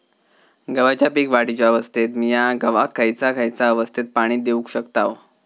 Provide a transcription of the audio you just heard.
गव्हाच्या पीक वाढीच्या अवस्थेत मिया गव्हाक खैयचा खैयचा अवस्थेत पाणी देउक शकताव?